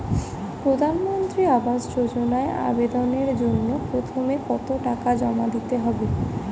প্রধানমন্ত্রী আবাস যোজনায় আবেদনের জন্য প্রথমে কত টাকা জমা দিতে হবে?